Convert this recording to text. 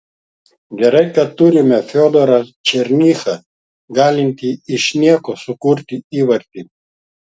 gerai kad turime fiodorą černychą galintį iš nieko sukurti įvartį